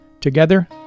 Together